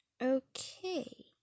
Okay